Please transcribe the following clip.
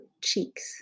cheeks